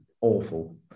awful